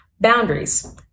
Boundaries